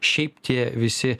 šiaip tie visi